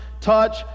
touch